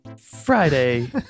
Friday